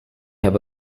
have